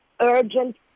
urgent